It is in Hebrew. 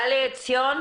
בעניין הטפסים,